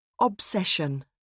Obsession